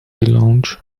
lounge